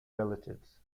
relatives